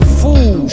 fool